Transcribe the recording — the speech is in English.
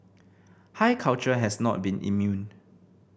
high culture has not been immune